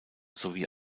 sowie